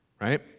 right